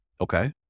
Okay